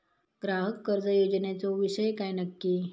ग्राहक कर्ज योजनेचो विषय काय नक्की?